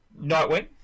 Nightwing